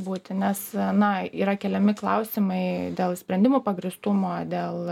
būti nes na yra keliami klausimai dėl sprendimų pagrįstumo dėl